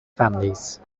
families